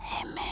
Amen